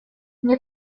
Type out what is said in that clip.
мне